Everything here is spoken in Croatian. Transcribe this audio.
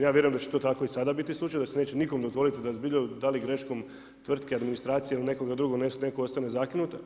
Ja vjerujem da će to tako i sada biti slučaj da se neće nikome dozvoliti da li greškom tvrtke, administracije ili nekoga drugoga neko ostane zakinut.